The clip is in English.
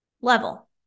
level